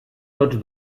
tots